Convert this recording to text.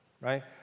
right